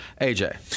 AJ